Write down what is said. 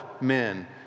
men